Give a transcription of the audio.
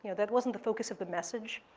yeah that wasn't the focus of the message,